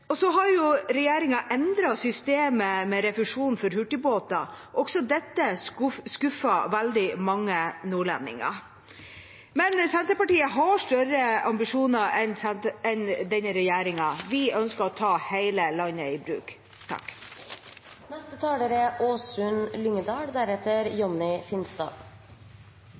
systemet med refusjon for hurtigbåter. Også dette skuffer veldig mange nordlendinger. Senterpartiet har større ambisjoner enn denne regjeringen. Vi ønsker å ta hele landet i bruk.